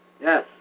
Yes